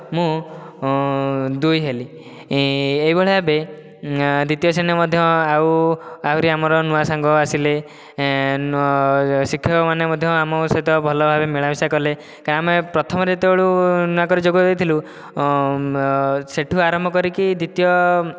ମୁଁ ଦୁଇ ହେଲି ଏହିଭଳି ଭାବେ ଦ୍ୱିତୀୟ ଶ୍ରେଣୀରେ ମଧ୍ୟ ଆଉ ଆହୁରି ଆମର ନୂଆ ସାଙ୍ଗ ଆସିଲେ ଶିକ୍ଷକମାନେ ମଧ୍ୟ ଆମ ସହିତ ଭଲଭାବେ ମିଳାମିଶା କଲେ କାରଣ ଆମେ ପ୍ରଥମେ ଯେତେବେଳୁ ନୂଆ କରି ଯୋଗ ହୋଇଥିଲୁ ସେହିଠୁ ଆରମ୍ଭ କରିକି ଦ୍ୱିତୀୟ